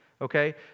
okay